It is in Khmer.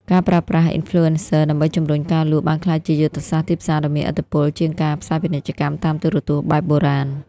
ការប្រើប្រាស់ "Influencers" ដើម្បីជម្រុញការលក់ បានក្លាយជាយុទ្ធសាស្ត្រទីផ្សារដ៏មានឥទ្ធិពលជាងការផ្សាយពាណិជ្ជកម្មតាមទូរទស្សន៍បែបបុរាណ។